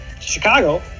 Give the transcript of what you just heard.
Chicago